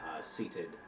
seated